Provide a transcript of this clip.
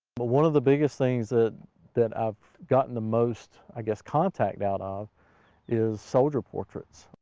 but one of the biggest things that that i've gotten the most, i guess, contact out of is soldier portraits,